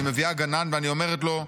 אני מביאה גנן ואני אומרת לו: